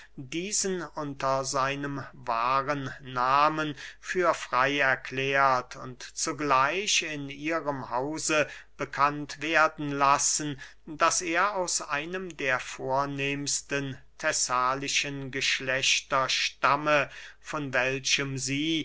diesen unter seinem wahren nahmen für frey erklärt und zugleich in ihrem hause bekannt werden lassen daß er aus einem der vornehmsten thessalischen geschlechter stamme von welchem sie